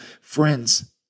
Friends